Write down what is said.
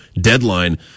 deadline